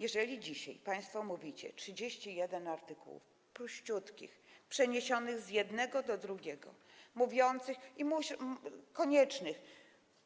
Jeżeli państwo dzisiaj mówicie: 31 artykułów, prościutkich, przeniesionych z jednego do drugiego i koniecznych